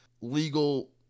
legal